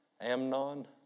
Amnon